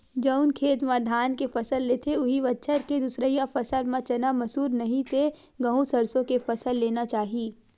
जउन खेत म धान के फसल लेथे, उहीं बछर के दूसरइया फसल म चना, मसूर, नहि ते गहूँ, सरसो के फसल लेना चाही